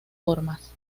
formas